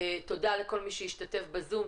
תודה לכל מי שהשתתף בזום.